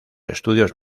estudios